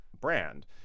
brand